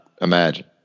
imagine